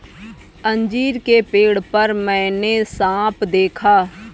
अंजीर के पेड़ पर मैंने साँप देखा